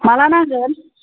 माब्ला नांगोन